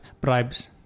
bribes